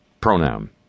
pronoun